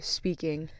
speaking